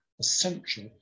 essential